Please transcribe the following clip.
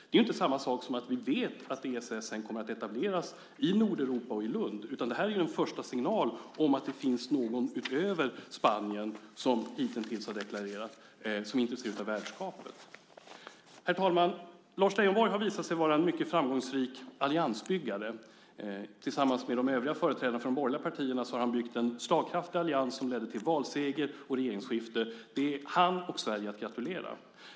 Det är inte samma sak som att vi vet att ESS sedan kommer att etableras i Nordeuropa och i Lund utan det här är en första signal om att det finns någon utöver Spanien som hitintills har deklarerat att man är intresserad av värdskapet. Herr talman! Lars Leijonborg har visat sig vara en mycket framgångsrik alliansbyggare. Tillsammans med de övriga företrädarna för de borgerliga partierna har han byggt en slagkraftig allians som lett till valseger och regeringsskifte. Till det är han och Sverige att gratulera.